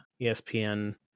espn